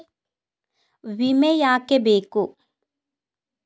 ವಿಮೆ ಯಾಕೆ ಬೇಕು?